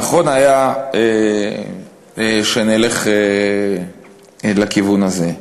נכון היה שנלך לכיוון הזה.